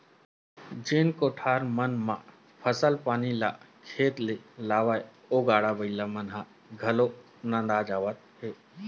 जेन कोठार मन म फसल पानी ल खेत ले लावय ओ गाड़ा बइला मन घलोक नंदात जावत हे